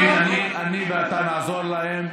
אני ואתה נעזור להם.